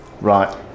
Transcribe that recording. Right